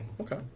Okay